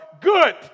good